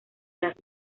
las